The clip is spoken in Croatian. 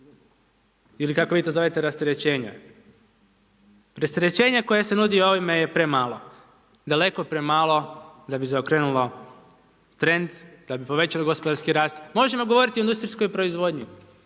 Ili kako vi to zovete rasterećenje. Rasterećenja koja se nudi ovime je premalo, daleko premalo, da bi zaokrenulo trend, da bi povećali gospodarski rast, možemo govoriti o industrijskoj proizvodnji.